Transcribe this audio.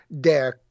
de